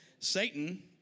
Satan